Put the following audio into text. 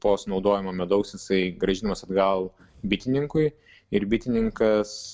po sunaudojimo medaus jisai grąžinamas atgal bitininkui ir bitininkas